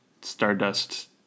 Stardust